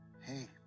hey